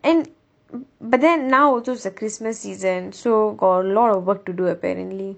and but then now also is the christmas season so got a lot of work to do apparently